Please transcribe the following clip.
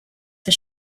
for